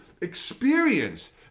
experience